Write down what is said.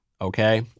okay